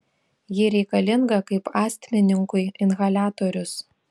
ji reikalinga kaip astmininkui inhaliatorius